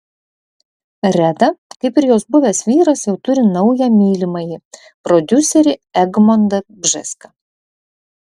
reda kaip ir jos buvęs vyras jau turi naują mylimąjį prodiuserį egmontą bžeską